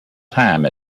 time